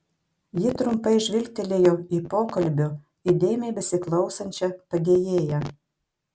ji trumpai žvilgtelėjo į pokalbio įdėmiai besiklausančią padėjėją